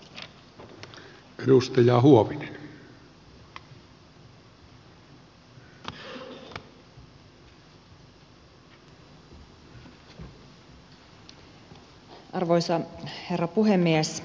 arvoisa herra puhemies